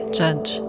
judge